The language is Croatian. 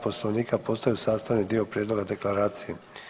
Poslovnika postaju sastavni dio prijedloga deklaracije.